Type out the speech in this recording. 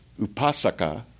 Upasaka